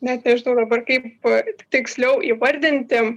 net nežinau dabar kaip tiksliau įvardinti